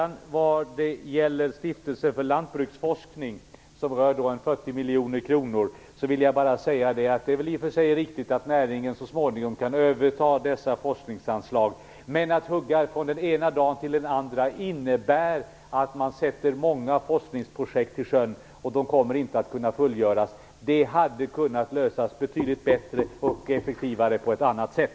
När det gäller Stiftelsen för lantbruksforskning, där det rör 40 miljoner kronor, vill jag bara säga att det i och för sig är riktigt att näringen så småningom kan överta dessa forskningsanslag. Men att hugga av dem från den ena dagen till den andra innebär att man sätter många forskningsprojekt i knipa och att de inte kommer att kunna fullgöras. Det hade kunnat lösas betydligt bättre och effektivare på ett annat sätt.